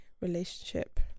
relationship